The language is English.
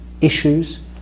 issues